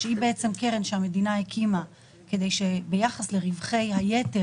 שהיא קרן שהמדינה הקימה כדי שביחס לרווחי היתר